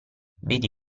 vedi